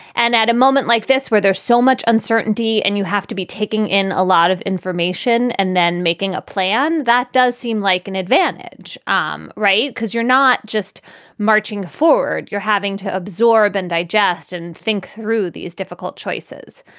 and at a moment like this, where there's so much uncertainty and you have to be taking in a lot of information and then making a plan that does seem like an advantage. um right. because you're not just marching forward. you're having to absorb and digest and think through these difficult choices.